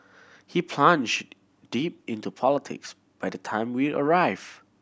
he plunged deep into politics by the time we arrived